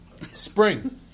Spring